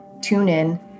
TuneIn